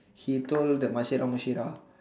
he told the Mashira Mushira